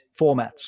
formats